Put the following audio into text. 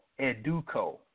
educo